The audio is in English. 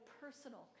personal